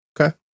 Okay